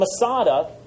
Masada